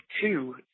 two